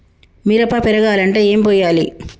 మిరప పెరగాలంటే ఏం పోయాలి?